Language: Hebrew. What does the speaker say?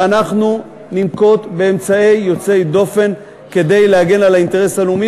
ואנחנו ננקוט אמצעים יוצאי דופן כדי להגן על האינטרס הלאומי,